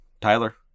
Tyler